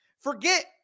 Forget